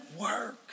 work